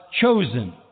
chosen